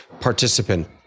participant